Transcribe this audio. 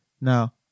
Now